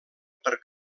per